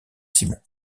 simon